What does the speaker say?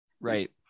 right